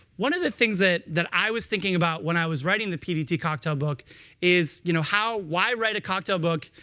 one of the things that that i was thinking about when i was writing the pdt cocktail book is you know how, why write a cocktail book,